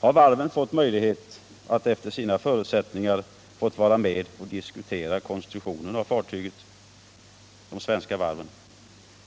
Har de svenska varven beretts tillfälle att efter sina förutsättningar vara med och diskutera konstruktionen av fartyget?